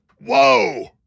Whoa